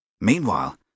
Meanwhile